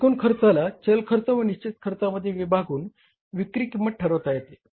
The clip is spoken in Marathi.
एकूण खर्चाला चल खर्च व निश्चित खर्चामध्ये विभागुन विक्री किंमत ठरवता येते